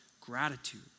gratitude